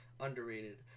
underrated